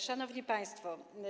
Szanowni Państwo!